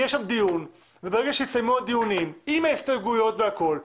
יתקיים שם דיון וברגע שיסתיימו הדיונים עם ההסתייגויות והכול,